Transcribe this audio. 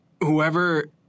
whoever